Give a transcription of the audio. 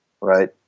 right